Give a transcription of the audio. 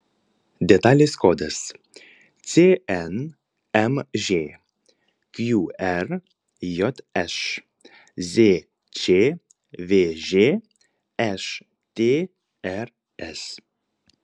detalės kodas cnmž qrjš zčvž štrs